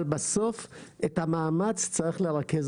אבל בסוף את המאמץ צריך לרכז.